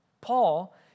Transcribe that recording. Paul